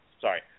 Sorry